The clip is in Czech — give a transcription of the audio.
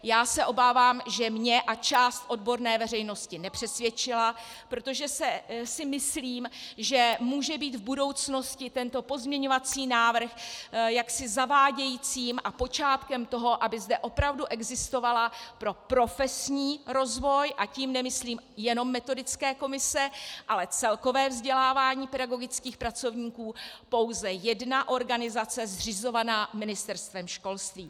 Já se obávám, že mě a část odborné veřejnosti nepřesvědčila, protože si myslím, že může být v budoucnosti tento pozměňovací návrh zavádějícím a počátkem toho, aby zde opravdu existovala pro profesní rozvoj a tím nemyslím jenom metodické komise, ale celkové vzdělávání pedagogických pracovníků pouze jedna organizace zřizovaná Ministerstvem školství.